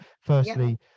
Firstly